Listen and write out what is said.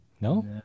No